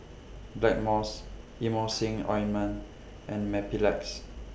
Blackmores Emulsying Ointment and Mepilex